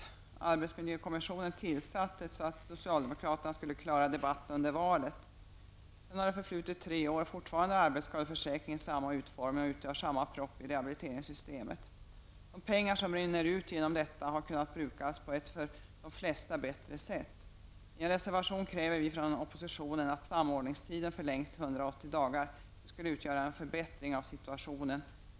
Arbetsmiljökommissionen tillsattes så att socialdemokraterna skulle klara debatten inför valet. Därefter har det förflutit tre år, men fortfarande har arbetsskadeförsäkringen samma utformning och utgör samma propp i rehabiliteringssystemet. De pengar som rinner ut genom detta system har kunnat brukas på ett för de flesta bättre sätt. I en reservation kräver vi från oppositionen att samordningstiden förlängs till 180 dagar. Det skulle medföra en förbättring av situationen.